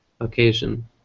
occasion